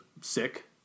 sick